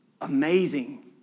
Amazing